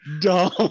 dumb